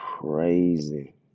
crazy